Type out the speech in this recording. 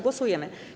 Głosujemy.